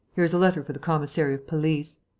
here is a letter for the commissary of police.